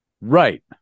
Right